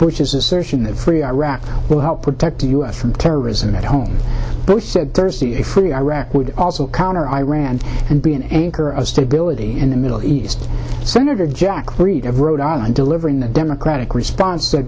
bush's assertion that free iraq will help protect us from terrorism at home bush said thursday a free iraq would also counter iran and be an anchor of stability in the middle east senator jack reed of rhode island delivering the democratic response t